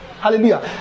hallelujah